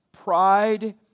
Pride